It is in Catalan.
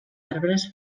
arbres